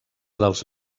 dels